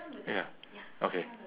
ya okay